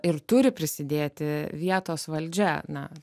ir turi prisidėti vietos valdžia na